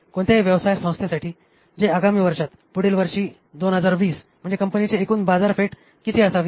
कोणत्याही व्यवसाय संस्थेसाठी जे आगामी वर्षात पुढच्या वर्षी २०२० म्हणजे कंपनीचे एकूण बाजारपेठ किती असावी